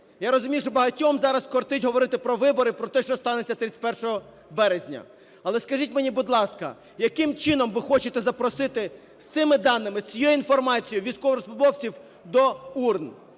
Я розумію, що багатьом зараз кортить говорити про вибори, про те, що станеться 31 березня. Але скажіть мені, будь ласка, яким чином ви хочете запросити з цими даними, з цією інформацією військовослужбовців до урн?